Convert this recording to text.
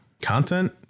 content